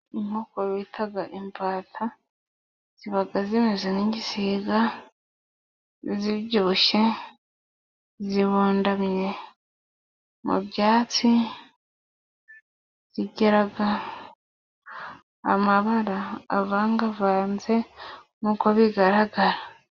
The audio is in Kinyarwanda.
Inkoko bita imbata， ziba zimeze n'igisiga，zibyibushye， zibundamye mu byatsi，zigira amabara avangavanze nk'uko bigaragara.